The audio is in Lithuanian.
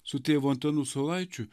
su tėvu antanu saulaičiu